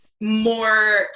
more